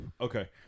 Okay